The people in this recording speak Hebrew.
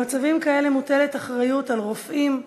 במצבים כאלה מוטלת אחריות על רופאים,